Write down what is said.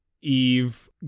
Eve